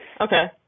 Okay